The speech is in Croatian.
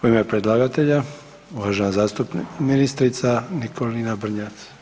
U ime predlagatelja uvažena ministrica Nikolina Brnjac.